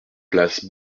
place